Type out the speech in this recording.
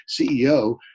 CEO